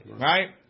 right